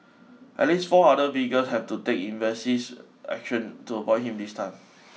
at least four other vehicle had to evasive action to avoid him this time